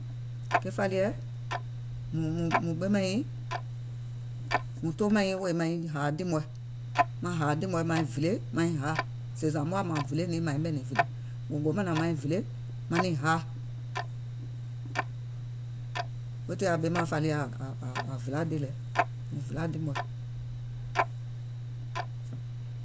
Ke fȧliɛ̀, mùŋ ɓemàŋ nyiŋ, mùŋ toomàŋ nyiŋ wèè maŋ nyiŋ hàà ɗì mɔ̀ɛ̀, maŋ hàȧ ɗì mɔ̀ɛ̀ maiŋ vilè maiŋ haà, sèè zȧ mùŋ woà mȧȧŋ muŋ vilè niŋ màiŋ ɓɛ̀nɛ̀ŋ vìle, mùŋ go mànȧŋ maŋ niŋ vilè maŋ niŋ haà, weètii àŋ ɓemȧŋ fȧliɛ̀ ȧŋ ȧŋ ȧŋ vilȧ ɗì lɛ mùŋ vilȧ ɗì mɔ̀ɛ̀